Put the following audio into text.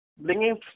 bringing